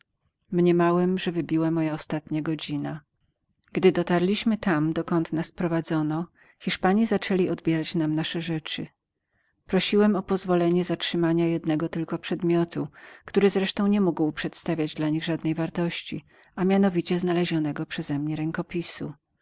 mniemałem że wybiła moja ostatnia godzina gdy dotarliśmy tam dokąd nas prowadzono hiszpanie zaczęli odbierać nam nasze rzeczy prosiłem o pozwolenie zatrzymania jednego tylko przedmiotu który zresztą nie mógł przedstawiać dla nich żadnej wartości a mianowicie znalezionego przeze mnie